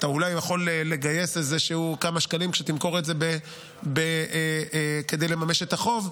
אתה אולי יכול לגייס כמה שקלים כשתמכור את זה כדי לממש את החוב,